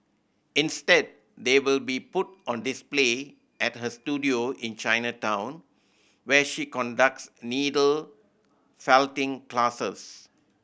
instead they will be put on display at her studio in Chinatown where she conducts needle felting classes